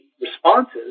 responses